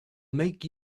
make